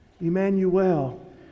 Emmanuel